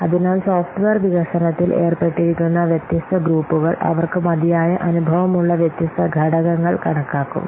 അതിനാൽ സോഫ്റ്റ്വെയർ വികസനത്തിൽ ഏർപ്പെട്ടിരിക്കുന്ന വ്യത്യസ്ത ഗ്രൂപ്പുകൾ അവർക്ക് മതിയായ അനുഭവമുള്ള വ്യത്യസ്ത ഘടകങ്ങൾ കണക്കാക്കും